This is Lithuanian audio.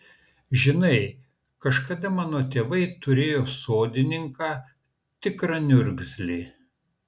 žinai kažkada mano tėvai turėjo sodininką tikrą niurgzlį